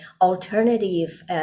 alternative